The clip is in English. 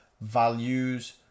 values